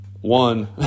One